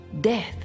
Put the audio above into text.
death